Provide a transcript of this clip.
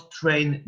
train